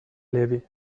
levy